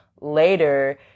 later